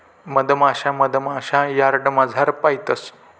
मधमाशा मधमाशा यार्डमझार पायतंस